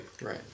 Right